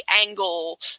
angle